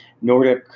Nordic